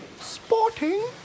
Sporting